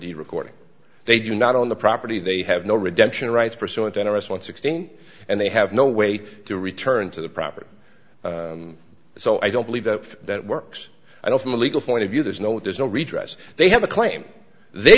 the recording they do not own the property they have no redemption rights pursuant to an arrest once again and they have no way to return to the property so i don't believe that that works i know from a legal point of view there's no there's no redress they have a claim they